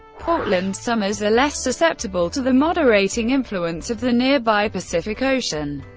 portland summers are less susceptible to the moderating influence of the nearby pacific ocean.